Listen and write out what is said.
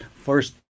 first